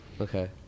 Okay